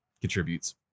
contributes